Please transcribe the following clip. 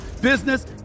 business